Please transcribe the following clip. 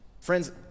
friends